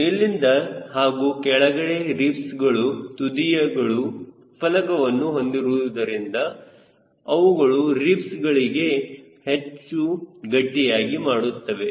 ಮೇಲಿನ ಹಾಗೂ ಕೆಳಗಿನ ರಿಬ್ಸ್ಗಳ ತುದಿಗಳು ಫಲಕವನ್ನು ಹೊಂದಿರುವುದರಿಂದ ಅವುಗಳು ರಿಬ್ಸ್ ಗಳಿಗೆ ಹೆಚ್ಚು ಗಟ್ಟಿಯಾಗಿ ಮಾಡುತ್ತವೆ